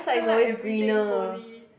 turn like everything wholey